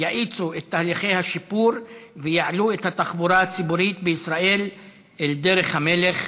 יאיצו את תהליכי השיפור ויעלו את התחבורה הציבורית בישראל על דרך המלך.